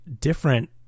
different